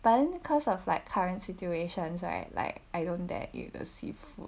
but then cause of like current situations right like I don't dare eat the seafood